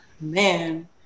man